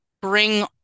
bring